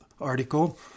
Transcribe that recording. article